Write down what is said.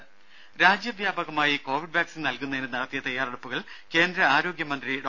രും രാജ്യവ്യാപകമായി covid vaccine നൽകുന്നതിന് നടത്തിയ തയാറെടുപ്പുകൾ കേന്ദ്ര ആരോഗ്യ മന്ത്രി ഡോ